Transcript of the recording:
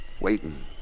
Waiting